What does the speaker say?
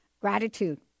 gratitude